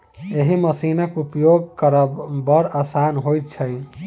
एहि मशीनक उपयोग करब बड़ आसान होइत छै